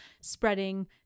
spreading